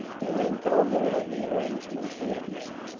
he then told her of the arrangements he had made.